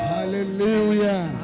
Hallelujah